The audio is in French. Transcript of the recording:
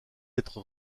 être